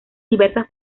diversas